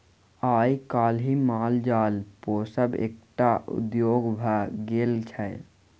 आइ काल्हि माल जाल पोसब एकटा उद्योग भ गेल छै